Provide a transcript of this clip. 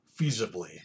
feasibly